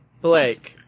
blake